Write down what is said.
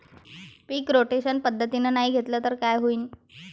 पीक rotation पद्धतीनं नाही घेतलं तर काय होईन?